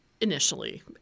initially